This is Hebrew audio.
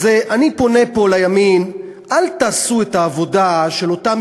אז אני פונה פה לימין: אל תעשו את העבודה של אותם